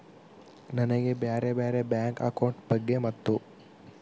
ನನಗೆ ಬ್ಯಾರೆ ಬ್ಯಾರೆ ಬ್ಯಾಂಕ್ ಅಕೌಂಟ್ ಬಗ್ಗೆ ಮತ್ತು?